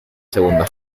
segunda